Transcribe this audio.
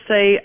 say